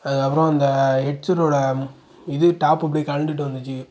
அப்பறம் அந்த ஹெட்செட்டோட இது டாப் அப்டியே கழண்டுட்டு வந்துடுச்சி